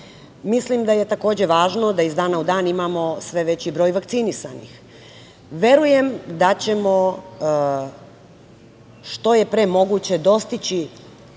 Mislim da je važno da iz dana u dan imamo sve veći broj vakcinisanih. Verujem da ćemo što je pre moguće dostići